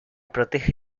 protege